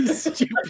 stupid